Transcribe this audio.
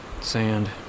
sand